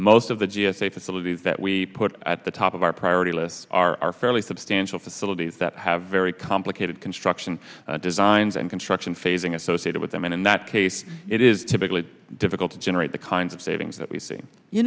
most of the g s a facilities that we put at the top of our priority list are fairly substantial facilities that have very complicated construction designs and construction phasing associated with them and in that case it is difficult to generate the kind of savings that we